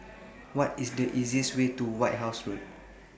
What IS The easiest Way to White House Road